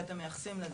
שאתם מייחסים לזה.